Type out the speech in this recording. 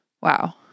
Wow